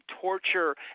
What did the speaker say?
torture